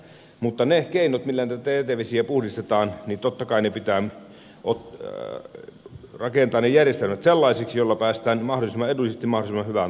mutta ne keinot ne järjestelmät millä jätevesiä puhdistetaan totta kai pitää rakentaa sellaisiksi että niillä päästään mahdollisimman edullisesti mahdollisimman hyvään tulokseen